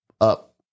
up